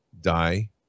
die